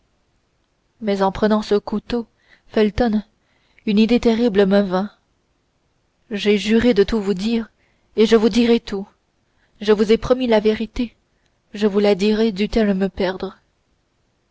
mais en prenant ce couteau felton une idée terrible me vint j'ai juré de tout vous dire et je vous dirai tout je vous ai promis la vérité je la dirai dût-elle me perdre